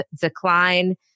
decline